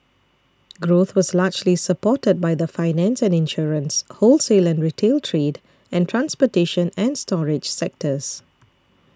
growth was largely supported by the finance and insurance wholesale and retail trade and transportation and storage sectors